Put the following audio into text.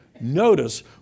Notice